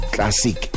Classic